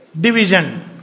division